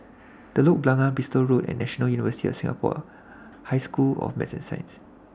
Telok Blangah Bristol Road and National University of Singapore High School of Math and Science